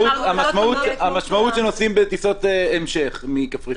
המשמעות שנוסעים בטיסות המשך מקפריסין.